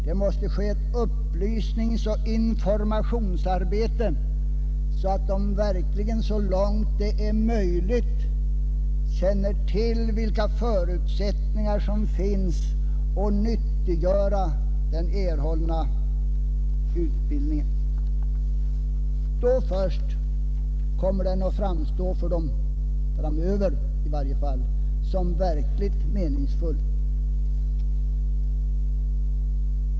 Det måste bedrivas ett upplysningsoch informationsarbete så att de studerande så långt det är möjligt känner till vilka förutsättningar som finns att nyttiggöra den erhållna utbildningen. Först då kommer utbildningen att framstå för dem — framöver i varje fall — såsom verkligt meningsfull.